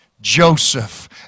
Joseph